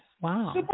Wow